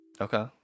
okay